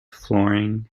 flooring